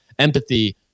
empathy